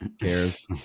cares